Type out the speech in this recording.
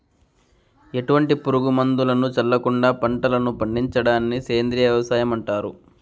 ఎటువంటి పురుగు మందులను చల్లకుండ పంటలను పండించడాన్ని సేంద్రీయ వ్యవసాయం అంటారు